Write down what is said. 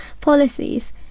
policies